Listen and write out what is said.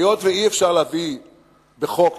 היות שאי-אפשר להביא בחוק,